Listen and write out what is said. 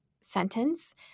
sentence